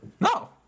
No